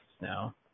now